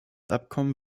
abkommen